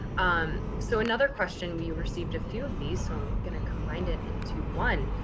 um, so another question we received a few of these. so i'm going to combine it into one.